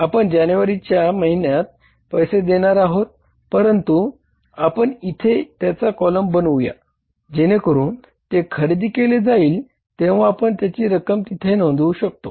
आपण जानेवारीच्या महिन्यात पैसे देणार नाही परंतु आपण इथे त्याचा कॉलम बनवूया जेणेकरून ते खरेदी केले जाईल तेंव्हा आपण त्याची रक्कम इथे नोंदवू शकू